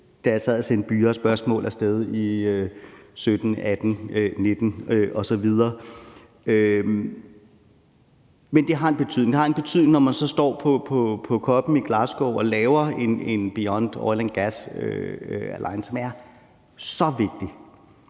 jeg sad og sendte byger af spørgsmål af sted i 2017, 2018, 2019 osv. Men det har en betydning. Det har en betydning, når man så står på COP'en i Glasgow og laver en Beyond Oil and Gas Alliance, som er så vigtig.